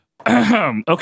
Okay